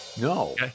No